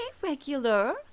regular